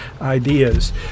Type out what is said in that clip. ideas